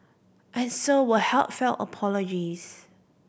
and so were heartfelt apologies